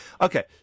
Okay